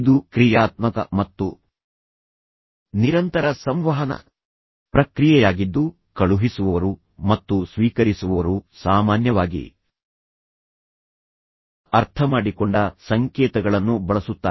ಇದು ಕ್ರಿಯಾತ್ಮಕ ಮತ್ತು ನಿರಂತರ ಸಂವಹನ ಪ್ರಕ್ರಿಯೆಯಾಗಿದ್ದು ಕಳುಹಿಸುವವರು ಮತ್ತು ಸ್ವೀಕರಿಸುವವರು ಸಾಮಾನ್ಯವಾಗಿ ಅರ್ಥಮಾಡಿಕೊಂಡ ಸಂಕೇತಗಳನ್ನು ಬಳಸುತ್ತಾರೆ